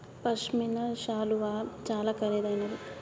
పశ్మిన శాలువాలు చాలా ఖరీదైనవి